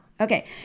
Okay